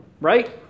right